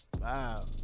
Wow